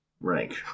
rank